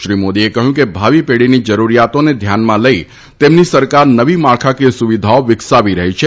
શ્રી મોદીએ કહ્યું કે ભાવી પેઢીની જરૂરીયાતો ધ્યાનમાં લઈને તેમની સરકાર નવી માળખાકીય સુવિધાઓ વિકસાવી રહી છે